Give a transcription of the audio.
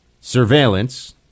surveillance